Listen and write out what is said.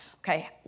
okay